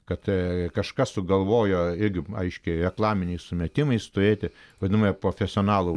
kad kažkas sugalvojo irgi aiškiai reklaminiais sumetimais turėti vadinamąją profesionalų